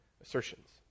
assertions